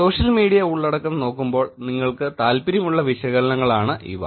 social media ഉള്ളടക്കം നോക്കുമ്പോൾ നിങ്ങൾക്ക് താല്പര്യമുള്ള വിശകലനങ്ങളാണ് ഇവ